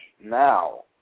now